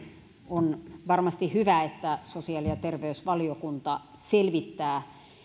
on varmasti hyvä että sosiaali ja terveysvaliokunta selvittää